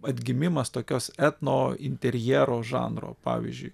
atgimimas tokios etno interjero žanro pavyzdžiui